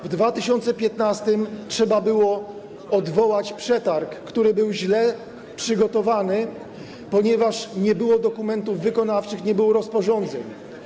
W 2015 r. trzeba było odwołać przetarg, który był źle przygotowany, ponieważ nie było dokumentów wykonawczych, nie było rozporządzeń.